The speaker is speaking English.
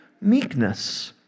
meekness